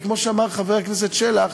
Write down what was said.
כי כמו שאמר חבר הכנסת שלח,